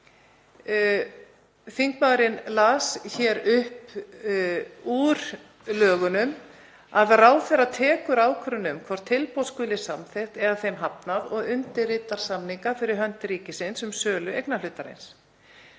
þingmaðurinn las upp úr lögunum, að ráðherra tekur ákvörðun um hvort tilboð skuli samþykkt eða þeim hafnað og undirritar samninga fyrir hönd ríkisins um sölu eignarhlutarins.